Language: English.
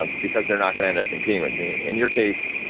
um because they're not gonna end up competing with me. in your case,